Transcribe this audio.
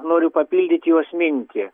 noriu papildyti jos mintį